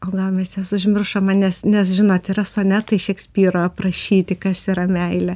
o gal mes jas užmiršome nes nes žinot yra sonetai šekspyro aprašyti kas yra meilė